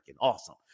awesome